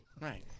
Right